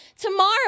tomorrow